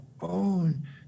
own